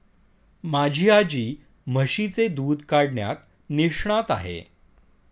माझी आजी म्हशीचे दूध काढण्यात निष्णात आहे